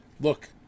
look